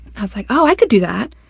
i was like, oh, i could do that.